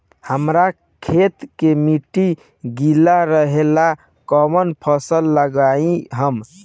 हमरा खेत के मिट्टी गीला रहेला कवन फसल लगाई हम?